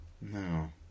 No